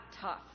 tough